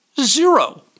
zero